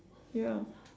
ya